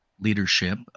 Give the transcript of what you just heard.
leadership